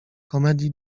komedii